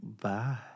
Bye